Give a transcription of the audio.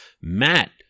Matt